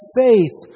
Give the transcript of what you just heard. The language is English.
faith